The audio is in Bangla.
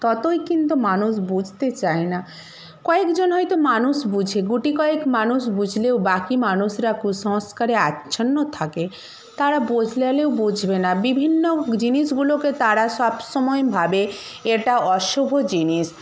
ততই কিন্তু মানুষ বুঝতে চায় না কয়েকজন হয়তো মানুষ বুঝে গুটিকয়েক মানুষ বুঝলেও বাকি মানুষরা কুসংস্কারে আচ্ছন্ন থাকে তারা বোঝালেও বুঝবে না বিভিন্ন জিনিসগুলোকে তারা সব সময় ভাবে এটা অশুভ জিনিস